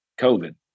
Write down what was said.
COVID